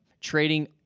trading